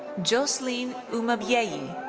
joselyne umubyeyi.